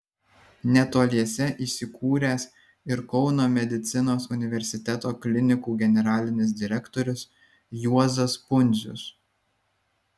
netoliese įsikūręs ir kauno medicinos universiteto klinikų generalinis direktorius juozas pundzius